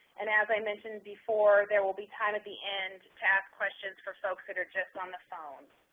and as i mentioned before, there will be time at the end to ask questions for folks that are just on the phone.